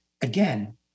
again